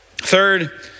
Third